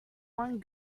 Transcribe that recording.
one